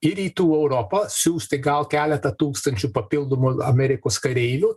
į rytų europą siųsti gal keletą tūkstančių papildomų amerikos kareivių